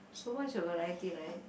so much of variety right